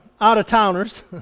out-of-towners